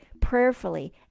prayerfully